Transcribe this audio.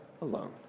alone